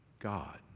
God